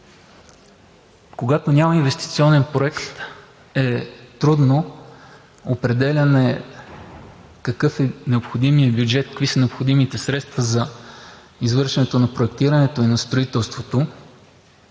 Когато няма инвестиционен проект, е трудно определяне, какъв е необходимият бюджет, какви са необходимите средства за извършването на проектирането и на строителството.